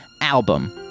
album